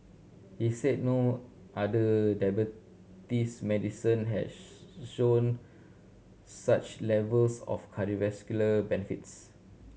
he said no other diabetes medicine has shown such levels of cardiovascular benefits